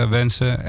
wensen